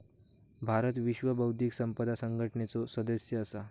भारत विश्व बौध्दिक संपदा संघटनेचो सदस्य असा